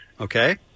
Okay